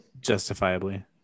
Justifiably